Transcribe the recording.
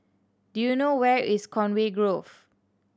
do you know where is Conway Grove